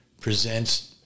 presents